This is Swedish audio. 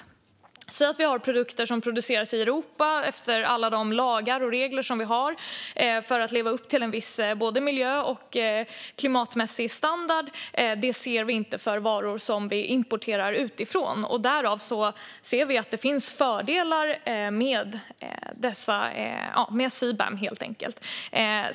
Det är skillnad mellan produkter som produceras i Europa efter alla de lagar och regler som vi har för att leva upp till en viss standard både vad gäller miljö och klimat och produkter som vi importerar utifrån. Vi ser därför att det finns fördelar med CBAM.